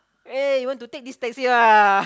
eh you want to take this taxi ah